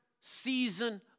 season